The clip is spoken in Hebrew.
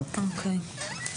אוקיי.